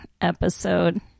episode